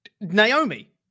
Naomi